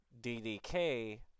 DDK